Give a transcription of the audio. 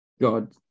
God